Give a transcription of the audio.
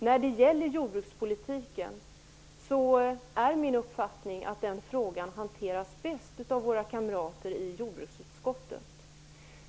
När det gäller jordbrukspolitiken är min uppfattning att den frågan bäst hanteras av våra kamrater i jordbruksutskottet.